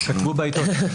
כתבו בעיתון.